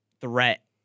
threat